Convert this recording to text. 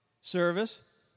Service